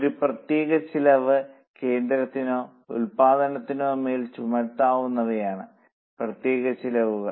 ഒരു പ്രത്യേക ചെലവ് കേന്ദ്രത്തിനോ ഉൽപ്പന്നത്തിനോ മേൽ ചുമത്താനാവുന്നവയാണ് പ്രത്യക്ഷ ചെലവുകൾ